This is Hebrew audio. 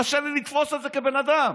קשה לי לתפוס את זה כבן אדם.